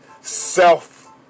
self